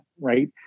right